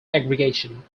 aggregation